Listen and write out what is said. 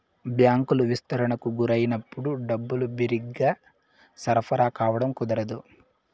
బ్యాంకులు విస్తరణకు గురైనప్పుడు డబ్బులు బిరిగ్గా సరఫరా కావడం కుదరదు